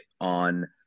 on